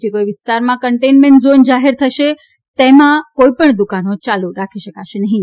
જે કોઈ વિસ્તારમાં કન્ટેઈનમેન્ટ ઝોન જાહેર થશે તેમાં કોઈપણ દુકાનો ચાલુ રાખી શકાશે નહિ